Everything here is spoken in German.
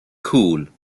cool